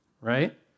right